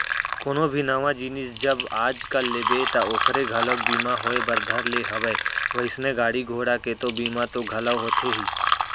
कोनो भी नवा जिनिस जब आज कल लेबे ता ओखरो घलोक बीमा होय बर धर ले हवय वइसने गाड़ी घोड़ा के तो बीमा तो घलौ होथे ही